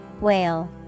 Whale